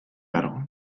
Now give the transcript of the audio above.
largo